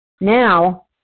Now